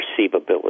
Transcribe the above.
perceivability